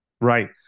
right